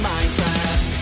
Minecraft